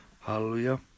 Hallelujah